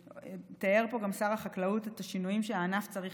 תיאר פה שר החקלאות את השינויים שהענף צריך